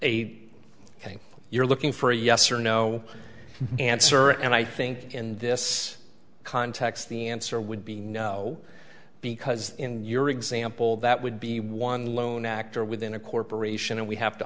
ok you're looking for a yes or no answer and i think in this context the answer would be no because in your example that would be one lone actor within a corporation and we have to